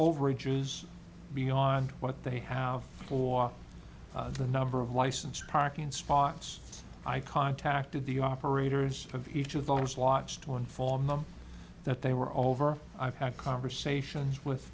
overages beyond what they have or the number of licensed parking spots i contacted the operators of each of those lots to inform them that they were over i've had conversations with